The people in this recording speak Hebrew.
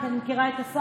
כי אני מכירה את השר,